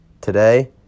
Today